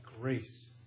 grace